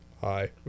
hi